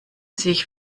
sich